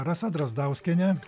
rasa drazdauskienė